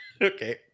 Okay